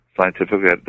scientifically